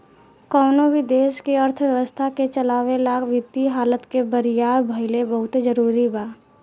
कवनो भी देश के अर्थव्यवस्था के चलावे ला वित्तीय हालत के बरियार भईल बहुते जरूरी बा